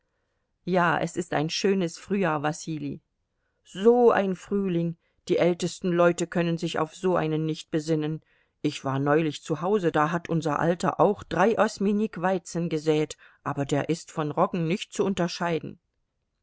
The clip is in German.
ja es ist ein schönes frühjahr wasili so ein frühling die ältesten leute können sich auf so einen nicht besinnen ich war neulich zu hause da hat unser alter auch drei osminnik weizen gesät aber der ist von roggen nicht zu unterscheiden